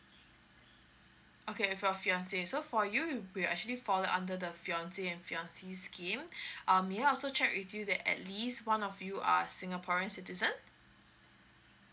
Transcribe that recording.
okay with your fiancé so for you you'll actually fall under the fiancé and fiancée scheme um may I also check with you that at least one of you are singaporeans citizen